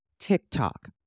TikTok